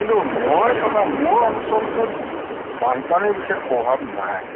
কিন্তু মই থকা মোৰ অঞ্চলটোত বানপানীৰ বিশেষ প্ৰভাৱ নাই